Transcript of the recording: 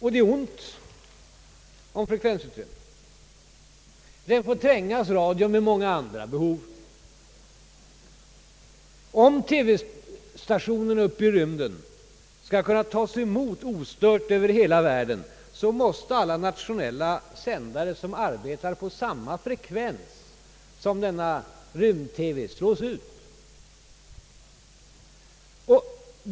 Det är ont om frekvensutrymme. Radion får trängas med många andra behov. Om TV-stationen uppe i rymden skall kunna tas emot ostört över hela världen måste alla nationella sändare, som arbetar på samma frekvens som denna rymd-TV, slås ut.